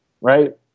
Right